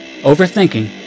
overthinking